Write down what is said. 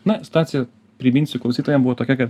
na situacija priminsiu klausytojam buvo tokia kad